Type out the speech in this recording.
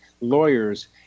lawyers